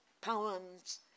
poems